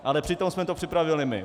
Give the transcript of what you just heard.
Ale přitom jsme to připravili my.